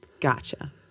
Gotcha